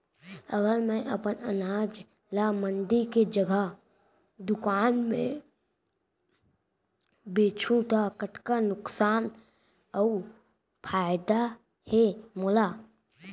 अगर मैं अपन अनाज ला मंडी के जगह दुकान म बेचहूँ त कतका नुकसान अऊ फायदा हे मोला?